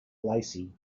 lacy